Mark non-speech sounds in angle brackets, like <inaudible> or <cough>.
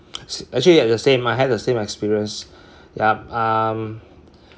<noise> actually you're the same I had the same experience yeah um